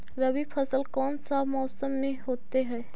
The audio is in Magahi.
रवि फसल कौन सा मौसम में होते हैं?